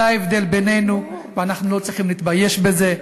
זה ההבדל בינינו, ואנחנו לא צריכים להתבייש בזה.